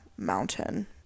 mountain